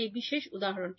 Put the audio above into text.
এই বিশেষ উদাহরণ